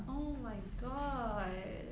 oh my god